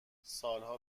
سالها